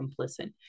complicit